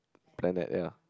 planet ya